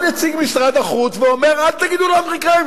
בא נציג משרד החוץ ואומר: אל תגידו לאמריקנים,